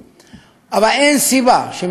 אבל אין סיבה שמפעל כזה לא יקום.